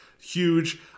huge